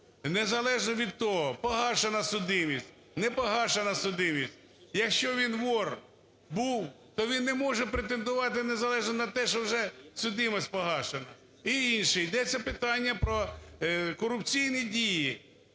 незалежно від того погашена судимість, не погашена судимість, якщо вінвор був, то він не може претендувати незалежно на те, що вже судимість погашена. І інший. Йдеться питання про корупційні дії,